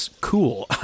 cool